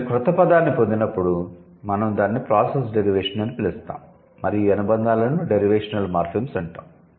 మీరు క్రొత్త పదాన్ని పొందినప్పుడు మేము దానిని 'ప్రాసెస్ డెరివేషన్' అని పిలుస్తాము మరియు ఈ అనుబంధాలను 'డెరివేషనల్ మార్ఫిమ్స్' అంటారు